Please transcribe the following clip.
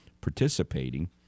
participating